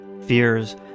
fears